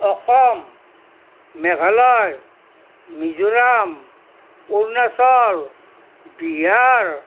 Assam Meghalaya Mizoram Arunachal Bihar